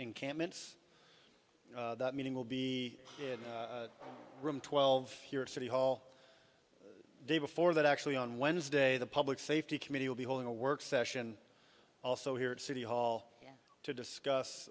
encampments that meeting will be in the room twelve here at city hall day before that actually on wednesday the public safety committee will be holding a work session also here at city hall to discuss